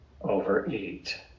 overeat